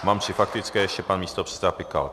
Mám tři faktické, ještě pan místopředseda Pikal.